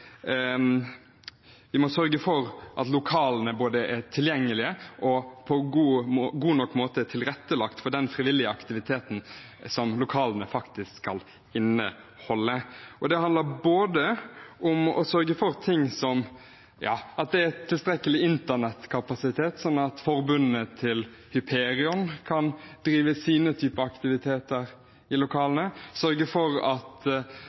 lokalene er tilgjengelige og på en god nok måte tilrettelagt for den frivillige aktiviteten som lokalene faktisk skal inneholde. Det handler både om å sørge for at det er tilstrekkelig internettkapasitet, sånn at forbundene til Hyperion kan drive sine aktiviteter i lokalene, om å sørge for at